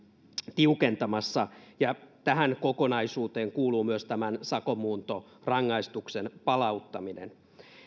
tiukentamassa tähän kokonaisuuteen kuuluu myös tämän sakon muuntorangaistuksen palauttaminen